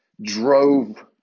drove –